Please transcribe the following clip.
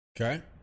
Okay